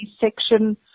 section